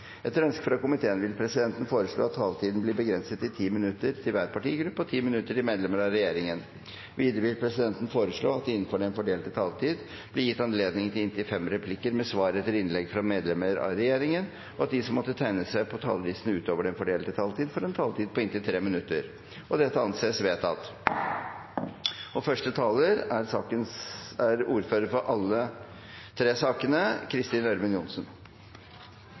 Etter ønske fra kommunal- og forvaltningskomiteen vil presidenten foreslå at taletiden blir begrenset til 10 minutter til hver partigruppe og 10 minutter til medlemmer av regjeringen. Videre vil presidenten foreslå at det – innenfor den fordelte taletid – blir gitt anledning til inntil fem replikker med svar etter innlegg fra medlemmer av regjeringen, og at de som måtte tegne seg på talerlisten utover den fordelte taletid, får en taletid på inntil 3 minutter. – Det anses vedtatt. Først: Gratulerer til Sylvi Listhaug som ny justis-, beredskaps- og